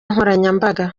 nkoranyambaga